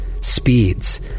speeds